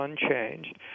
unchanged